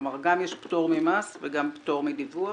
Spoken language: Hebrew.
כלומר גם יש פטור ממס וגם פטור מדיווח